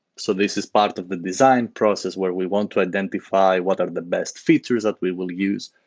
so this is part of the design process where we want to identify what are the best features that we will use.